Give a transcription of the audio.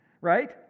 right